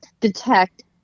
detect